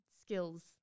skills